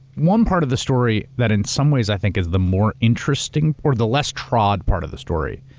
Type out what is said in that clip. one part of the story, that in some ways i think is the more interesting, or the less trod part of the story,